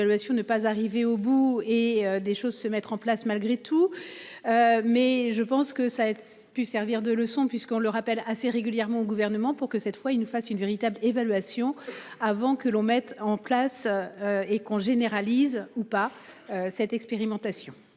ne pas arriver au bout et des choses se mettre en place malgré tout. Mais je pense que ça pu servir de leçon puisqu'on le rappelle assez régulièrement au gouvernement pour que cette fois il nous fasse une véritable évaluation avant que l'on mette en place. Et qu'on généralise ou pas. Cette expérimentation.